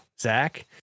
Zach